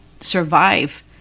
survive